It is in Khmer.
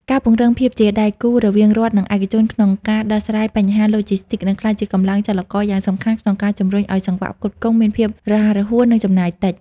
ការពង្រឹងភាពជាដៃគូរវាងរដ្ឋ និងឯកជនក្នុងការដោះស្រាយបញ្ហាឡូជីស្ទីក នឹងក្លាយជាកម្លាំងចលករយ៉ាងសំខាន់ក្នុងការជំរុញឱ្យសង្វាក់ផ្គត់ផ្គង់មានភាពរហ័សរហួន និងចំណាយតិច។